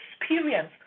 experience